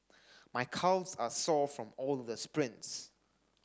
my calves are sore from all the sprints